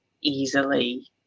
easily